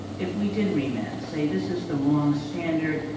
if we did remand, say, this is the wrong standard,